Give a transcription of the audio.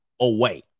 away